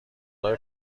راه